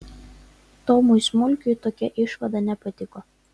tomui smulkiui tokia išvada nepatiko